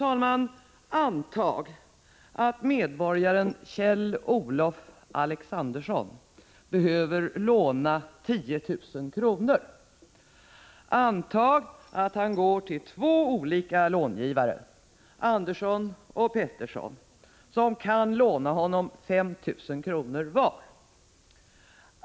Antag att medborgaren Kjell-Olof Alexandersson behöver låna 10 000 kr. Antag vidare att han går till två olika långivare, Andersson och Pettersson, som kan låna honom 5 000 kr. var.